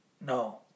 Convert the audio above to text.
No